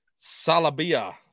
Salabia